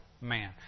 man